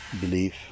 belief